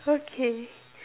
okay